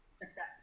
Success